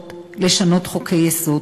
שעות לשנות חוקי-יסוד,